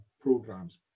programs